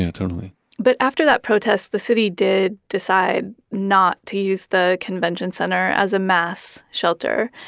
yeah totally but after that protests, the city did decide not to use the convention center as a mass shelter.